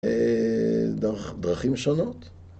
דרכים שונות